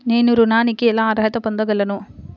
నేను ఋణానికి ఎలా అర్హత పొందగలను?